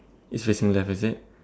it's facing left is it